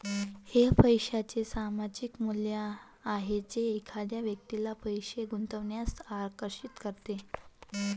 हे पैशाचे सामायिक मूल्य आहे जे एखाद्या व्यक्तीला पैसे गुंतवण्यास आकर्षित करते